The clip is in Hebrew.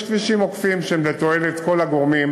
יש כבישים עוקפים שהם לתועלת כל הגורמים.